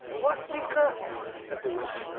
what secret said the witch,